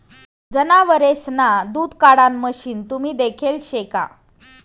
जनावरेसना दूध काढाण मशीन तुम्ही देखेल शे का?